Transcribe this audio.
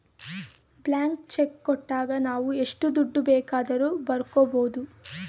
blank cheque ಕೊಟ್ಟಾಗ ನಾವು ಎಷ್ಟು ದುಡ್ಡು ಬೇಕಾದರೂ ಬರ್ಕೊ ಬೋದು